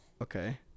okay